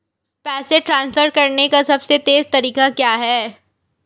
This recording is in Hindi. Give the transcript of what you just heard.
पैसे ट्रांसफर करने का सबसे तेज़ तरीका क्या है?